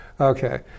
Okay